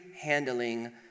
handling